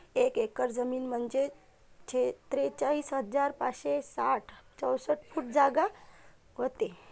एक एकर जमीन म्हंजे त्रेचाळीस हजार पाचशे साठ चौरस फूट जागा व्हते